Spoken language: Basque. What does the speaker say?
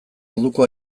orduko